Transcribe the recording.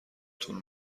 تون